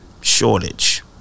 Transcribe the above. shortage